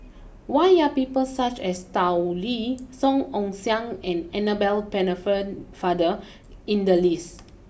why are people such as Tao Li Song Ong Siang and Annabel Pennefa father in the list